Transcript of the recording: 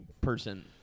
person